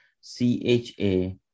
C-H-A